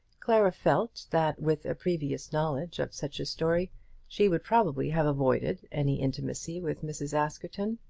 clara felt that with a previous knowledge of such a story she would probably have avoided any intimacy with mrs. askerton.